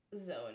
zone